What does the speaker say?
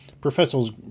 Professors